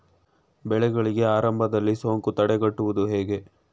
ಬೆಳೆಗಳಿಗೆ ಆರಂಭದಲ್ಲಿ ಸೋಂಕು ತಡೆಗಟ್ಟುವುದು ಹೇಗೆ?